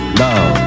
love